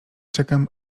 czekam